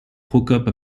procope